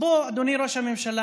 בוא אדוני ראש הממשלה,